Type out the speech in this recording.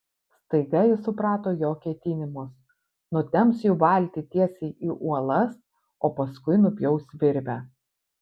staiga ji suprato jo ketinimus nutemps jų valtį tiesiai į uolas o paskui nupjaus virvę